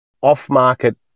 off-market